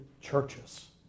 churches